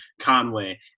Conway